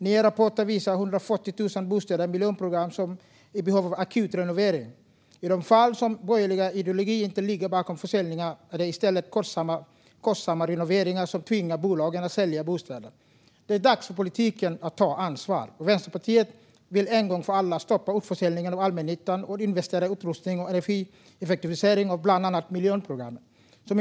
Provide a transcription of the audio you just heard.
Nya rapporter visar att 140 000 bostäder i miljonprogrammet är i akut behov av renovering. I de fall där borgerlig ideologi inte ligger bakom försäljningar är det i stället kostsamma renoveringar som tvingar bolagen att sälja bostäder. Det är dags för politiken att ta ansvar. Vänsterpartiet vill en gång för alla stoppa utförsäljningen av allmännyttan och investera i upprustning och energieffektivisering av bland annat miljonprogrammet.